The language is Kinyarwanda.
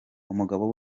umugabo